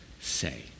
say